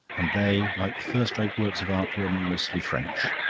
and they, like the first-rate works of art, were mostly french.